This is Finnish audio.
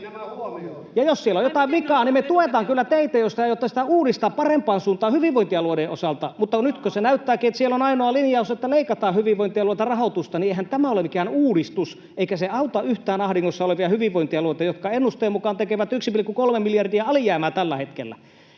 Jos siellä on jotain vikaa, niin me tuetaan kyllä teitä, jos te aiotte sitä uudistaa parempaan suuntaan hyvinvointialueiden osalta, mutta nyt kun se näyttääkin, että siellä on ainoa linjaus, että leikataan hyvinvointialueilta rahoitusta, niin eihän tämä ole mikään uudistus eikä se auta yhtään ahdingossa olevia hyvinvointialueita, jotka ennusteen mukaan tekevät 1,3 miljardia alijäämää tällä hetkellä.